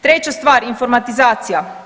Treća stvar, informatizacija.